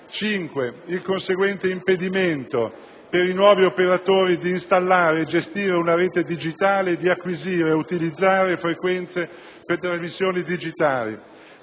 il conseguente impedimento per i nuovi operatori di installare e gestire una rete digitale e di acquisire o utilizzare frequenze per trasmissioni digitali;